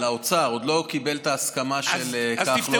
הוא עוד לא קיבל את ההסכמה של כחלון.